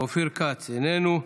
אופיר כץ, איננו,